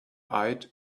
eyed